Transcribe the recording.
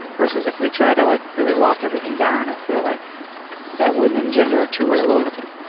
versus if we try to like really lock everything down, i feel like that wouldn't engender a two way loyalty.